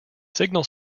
signal